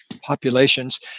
populations